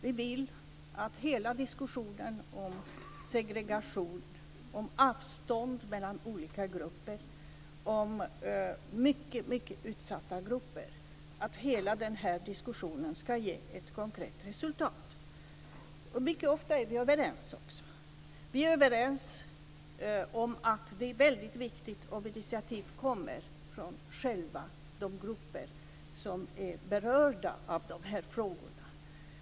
Vi vill att hela diskussionen om segregation, om avstånd mellan olika grupper, om mycket utsatta grupper ska ge ett konkret resultat, och vi är ofta överens. Vi är överens om att det är angeläget att det kommer initiativ från de grupper som är berörda av dessa frågor.